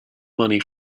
money